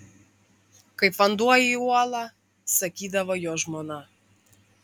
kaip vanduo į uolą sakydavo jo žmona